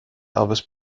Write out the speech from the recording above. elvis